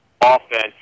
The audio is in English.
offense